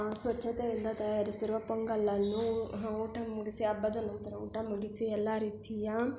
ಸ್ವಚ್ಛತೆಯಿಂದ ತಯಾರಿಸಿರುವ ಪೊಂಗಲನ್ನು ಊಟ ಮುಗಿಸಿ ಹಬ್ಬದ ನಂತರ ಊಟ ಮುಗಿಸಿ ಎಲ್ಲ ರೀತಿಯ